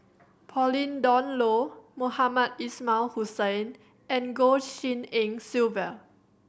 Pauline Dawn Loh Mohamed Ismail Hussain and Goh Tshin En Sylvia